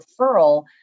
referral